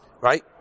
Right